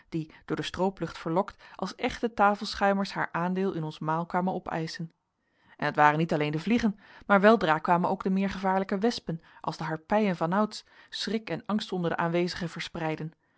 die door de strooplucht verlokt als echte tafelschuimers haar aandeel in ons maal kwamen opeischen en het waren niet alleen de vliegen maar weldra kwamen ook de meer gevaarlijke wespen als de harpijen vanouds schrik en angst onder de aanwezigen verspreiden